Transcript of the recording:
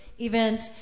event